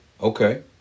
Okay